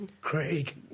Craig